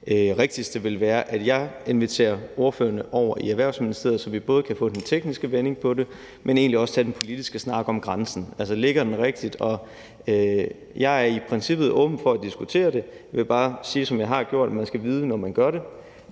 rigtigste vil være, at jeg inviterer ordførerne over i Erhvervsministeriet, så vi både kan få den tekniske vending på det, men egentlig også tage den politiske snak om grænsen – ligger den rigtigt? Og jeg er i princippet åben for at diskutere det; jeg vil bare sige, som jeg gjorde før, at man skal vide, når man gør det,